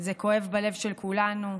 זה כואב בלב של כולנו.